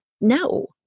no